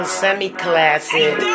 semi-classic